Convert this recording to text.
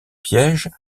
pièges